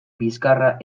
bizkarra